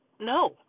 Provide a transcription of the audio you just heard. no